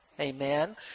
amen